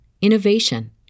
innovation